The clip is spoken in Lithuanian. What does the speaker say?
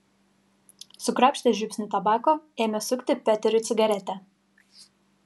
sukrapštęs žiupsnį tabako ėmė sukti peteriui cigaretę